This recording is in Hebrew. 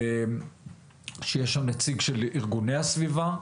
שיהיה שם נציג של ארגוני הסביבה,